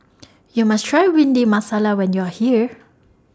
YOU must Try Windy Masala when YOU Are here